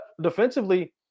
defensively